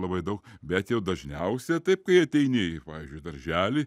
labai daug bet jau dažniausia taip kai ateini į pavyzdžiui darželį